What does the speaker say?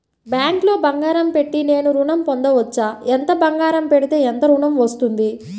బ్యాంక్లో బంగారం పెట్టి నేను ఋణం పొందవచ్చా? ఎంత బంగారం పెడితే ఎంత ఋణం వస్తుంది?